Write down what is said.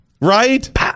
Right